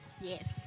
Yes